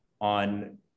on